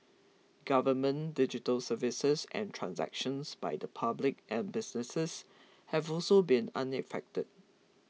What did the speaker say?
government digital services and transactions by the public and businesses have also been unaffected